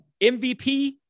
MVP